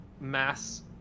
mass